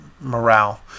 morale